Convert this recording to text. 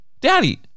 Daddy